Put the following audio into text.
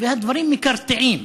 והדברים מקרטעים.